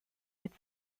its